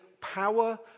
power